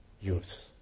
youth